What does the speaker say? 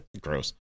Gross